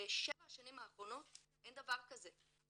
בשבע השנים האחרונות אין דבר כזה.